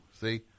see